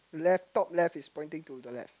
left top left is pointing to the left